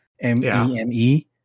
M-E-M-E